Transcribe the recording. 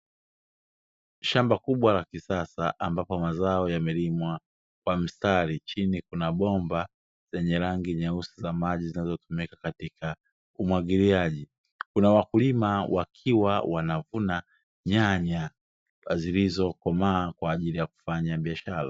Shamba kubwa la kisasa, ambapo mazao yamelimwa kwa mstari, chini kuna bomba lenye rangi nyeusi, za maji zinazotumika katika umwagiliaji. Kuna wakulima wakiwa wanavuna nyanya zilizokomaa kwa ajili ya kufanya biashara.